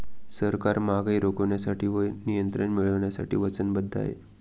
सरकार महागाई रोखण्यासाठी व नियंत्रण मिळवण्यासाठी वचनबद्ध आहे